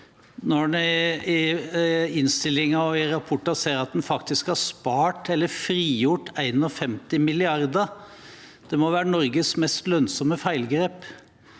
når en i innstillingen og i rapporter sier at en faktisk har spart eller frigjort 51 mrd. kr. Det må være Norges mest lønnsomme feilgrep.